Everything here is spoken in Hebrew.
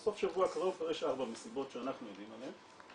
בסוף השבוע הקרוב כבר יש ארבעה מסיבות שאנחנו יודעים עליהן,